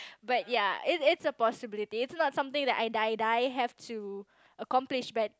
but ya it's it's a possibility it's not something that I die die have to accomplish but